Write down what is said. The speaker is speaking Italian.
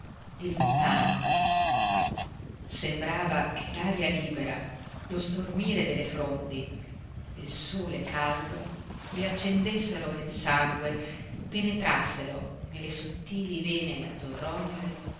di lontano sembrava che l'aria libera lo stormire delle frondi il sole caldo le accendessero il sangue penetrassero nelle sottili vene azzurrognole